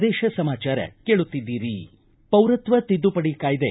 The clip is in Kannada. ಪ್ರದೇಶ ಸಮಾಚಾರ ಕೇಳುತ್ತಿದ್ದೀರಿ ಪೌರತ್ವ ತಿದ್ದುಪಡಿ ಕಾಯ್ದೆ